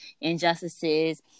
injustices